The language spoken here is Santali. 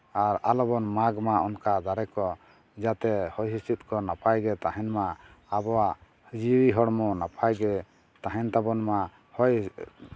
ᱟᱨ ᱟᱞᱚᱵᱚᱱ ᱢᱟᱜᱽ ᱢᱟ ᱚᱱᱠᱟ ᱫᱟᱨᱮ ᱠᱚ ᱡᱟᱛᱮ ᱦᱚᱭ ᱦᱤᱸᱥᱤᱫ ᱠᱚ ᱱᱟᱯᱟᱭ ᱜᱮ ᱛᱟᱦᱮᱱ ᱢᱟ ᱟᱵᱚᱣᱟᱜ ᱦᱚᱭ ᱡᱤᱣᱤ ᱦᱚᱲᱢᱚ ᱱᱟᱯᱟᱭ ᱜᱮ ᱛᱟᱦᱮᱱ ᱛᱟᱵᱚᱱ ᱢᱟ ᱦᱳᱭ